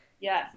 Yes